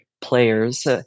players